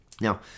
Now